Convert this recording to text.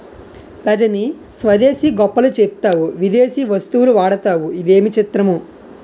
రజనీ స్వదేశీ గొప్పలు చెప్తావు విదేశీ వస్తువులు వాడతావు ఇదేమి చిత్రమో